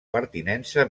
pertinença